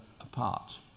apart